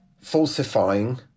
falsifying